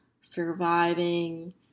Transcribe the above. surviving